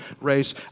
race